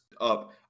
up